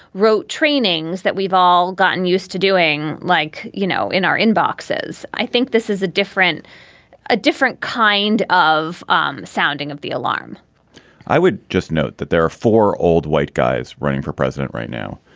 rote trainings that we've all gotten used to doing. like, you know, in our inboxes, i think this is a different a different kind of um sounding of the alarm i would just note that there are four old white guys running for president right now,